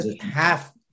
half